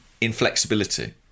inflexibility